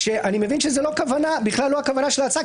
ואני לא מבין שזאת בכלל לא הכוונה של ההצעה,